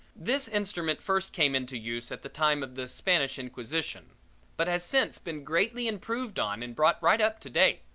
this instrument first came into use at the time of the spanish inquisition but has since been greatly improved on and brought right up to date.